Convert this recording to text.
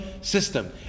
system